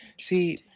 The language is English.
See